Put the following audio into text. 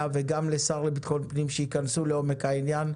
וגם לשר לביטחון פנים שייכנסו לעומק העניין.